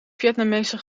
vietnamese